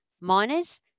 miners